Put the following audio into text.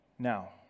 Now